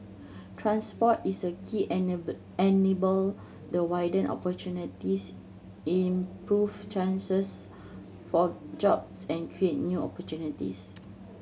transport is a key enabler the widen opportunities improve chances for jobs and create new opportunities